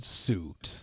suit